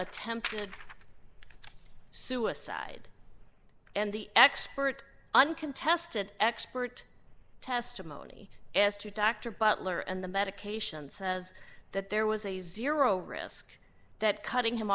ttempted suicide and the expert uncontested expert testimony as to dr butler and the medication says that there was a zero risk that cutting him